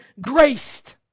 graced